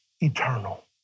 eternal